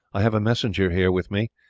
i have a messenger here with me,